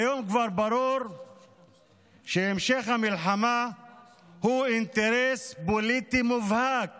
כיום כבר ברור שהמשך המלחמה הוא אינטרס פוליטי מובהק